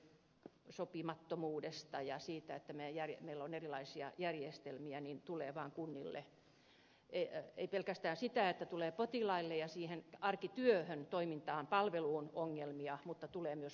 eli yhteensopimattomuus ja se että meillä on erilaisia järjestelmiä ei pelkästään tuo ongelmia potilaille ja siihen arkityöhön ja toimintaan palveluun vaan tulee kunnille kalliiksi